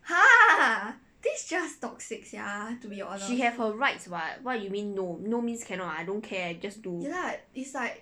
!huh! she have her rights [what] what you mean no no means cannot ah I don't care I just do